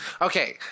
Okay